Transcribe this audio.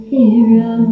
Hero